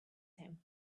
him